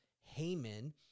Haman